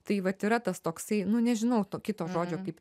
tai vat yra tas toksai nu nežinau to kito žodžio kaip